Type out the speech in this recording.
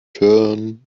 turn